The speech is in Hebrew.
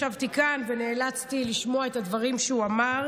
ישבתי כאן ונאלצתי לשמוע את הדברים שהוא אמר.